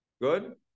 Good